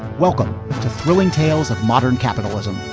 welcome to thrilling tales of modern capitalism